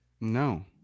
No